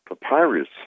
papyrus